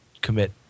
commit